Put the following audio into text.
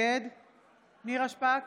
נגד נירה שפק,